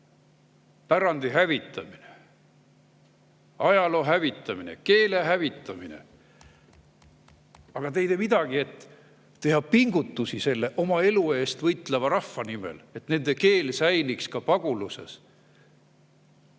pärandi hävitamine, ajaloo hävitamine, keele hävitamine. Aga te ei tee midagi, et teha pingutusi selle oma elu eest võitleva rahva nimel, selleks, et nende keel säiliks ka paguluses.